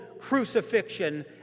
crucifixion